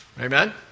Amen